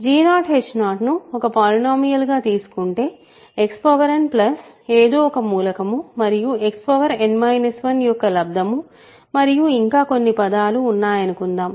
g0h0ను ఒక పోలినోమియల్ గా తీసుకుంటే Xn ఏదో ఒక మూలకము మరియు Xn 1 యొక్క లబ్దము మరియు ఇంకా కొన్ని పదాలు ఉన్నాయనుకుందాం